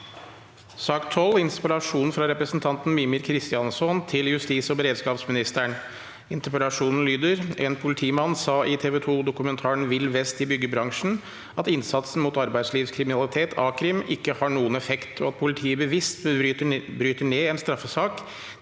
Interpellasjon fra representanten Mímir Kristjáns- son til justis- og beredskapsministeren: «En politimann sa i TV2-dokumentaren «Vill vest i byggebransjen» at innsatsen mot arbeidslivskriminalitet (a-krim) ikke har noen effekt, og at politiet bevisst bryter ned en straffesak